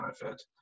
benefit